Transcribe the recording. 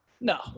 no